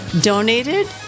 donated